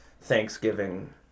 Thanksgiving